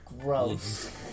gross